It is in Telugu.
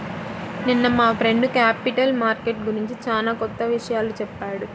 నిన్న మా ఫ్రెండు క్యాపిటల్ మార్కెట్ గురించి చానా కొత్త విషయాలు చెప్పాడు